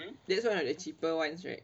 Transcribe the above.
that's one of the cheaper ones right